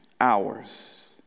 hours